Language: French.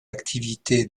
activité